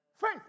Faith